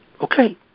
Okay